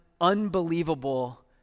unbelievable